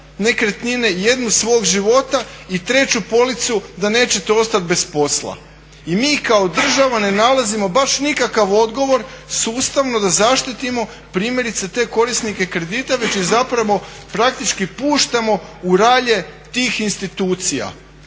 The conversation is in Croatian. nekretnine, jednu svog života i treću policu da nećete ostat bez posla. I mi kao država ne nalazimo baš nikakav odgovor sustavno da zaštitimo primjerice te korisnike kredita već ih zapravo praktički puštamo u ralje tih institucija